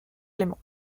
élément